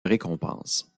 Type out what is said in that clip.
récompense